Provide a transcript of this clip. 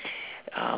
um